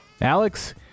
Alex